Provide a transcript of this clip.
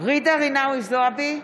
ג'ידא רינאוי זועבי,